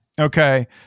Okay